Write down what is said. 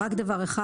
רק דבר אחד.